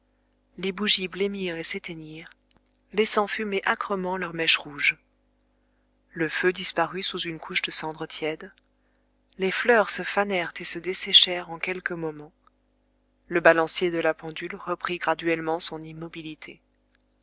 les bougies blêmirent et s'éteignirent laissant fumer âcrement leurs mèches rouges le feu disparut sous une couche de cendres tièdes les fleurs se fanèrent et se desséchèrent en quelques moments le balancier de la pendule reprit graduellement son immobilité